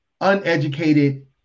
uneducated